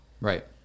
Right